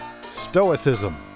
Stoicism